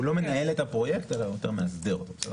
הוא לא מנהל את הפרויקט, אלא יותר מאסדר אותו.